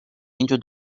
into